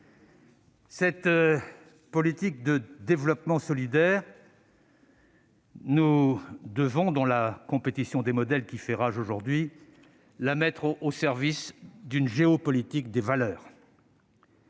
Cette politique de développement solidaire, nous devons, dans la compétition des modèles qui fait rage aujourd'hui, la mettre au service d'une géopolitique des valeurs.